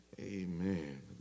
Amen